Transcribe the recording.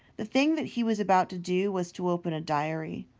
the thing that he was about to do was to open a diary.